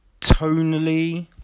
Tonally